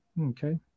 Okay